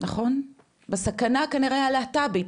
בסכנה הלהט"בית,